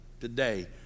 today